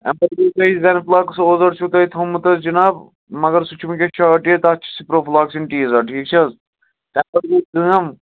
اَمہِ پَتہٕ گٔے توہہِ زَن فُلاکٕس او زڈ چھُو تۄہہِ تھوٚومُت حظ جِناب مگر سُہ چھُ وُنکٮ۪س شارٹٕے تَتھ چھِ سِپرَوفُلاکسِن ٹی زَڈ ٹھیٖک چھِ حظ تَمہِ پَتہٕ گٔے کٲم